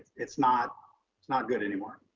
it's not it's not good anymore.